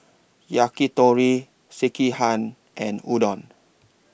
Yakitori Sekihan and Udon